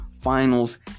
finals